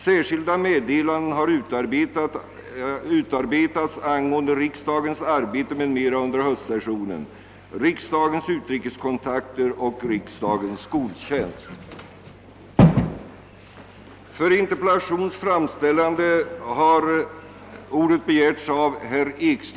Särskilda meddelanden har utarbetats angående riksdagens arbete m.m. under höstsessionen, riksdagens utrikeskontakter och riksdagens skoltjänst.